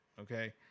okay